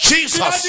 Jesus